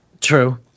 True